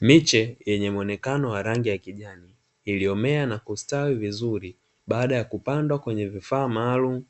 Miche yenye muonekano wa rangi ya kijani, iliyomea na kustawi vizuri baada ya kupandwa kwenye vifaa maalum